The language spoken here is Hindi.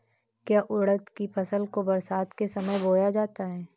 क्या उड़द की फसल को बरसात के समय बोया जाता है?